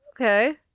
okay